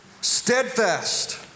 Steadfast